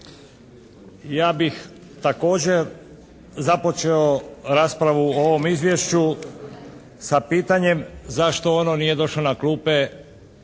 Ja bih također započeo raspravu o ovom izvješću sa pitanjem zašto ono nije došlo na klupe